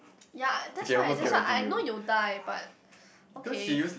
ya that's why that's why I know you die but okay